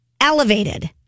elevated